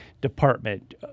Department